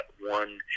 one